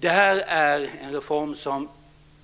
Det här är en reform som